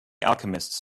alchemists